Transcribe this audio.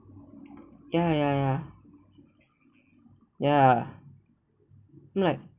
ya ya ya ya I'm like